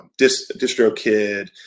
DistroKid